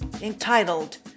entitled